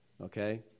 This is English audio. Okay